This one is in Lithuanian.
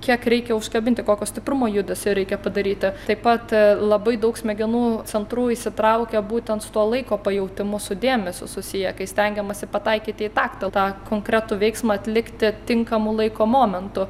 kiek reikia užkabinti kokio stiprumo judesio reikia padaryti taip pat labai daug smegenų centrų įsitraukia būtent tuo laiko pajautimu su dėmesiu susiję kai stengiamasi pataikyti į taktą tą konkretų veiksmą atlikti tinkamu laiko momentu